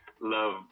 love